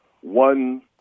one